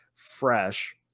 fresh